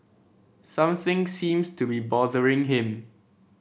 something seems to be bothering him